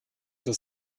zur